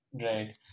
Right